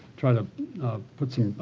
try to put some,